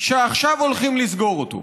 שעכשיו הולכים לסגור אותו.